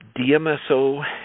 DMSO